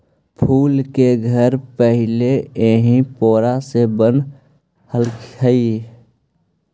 फूस के घर पहिले इही पोरा से बनऽ हलई